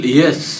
yes